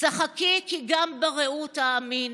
"שחקי כי גם ברעות אאמין,